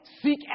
seek